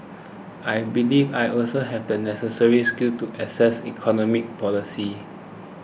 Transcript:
I believe I also have the necessary skills to assess economy policies